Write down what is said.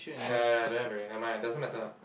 ya ya I don't have already nevermind ah it doesn't matter ah